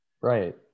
Right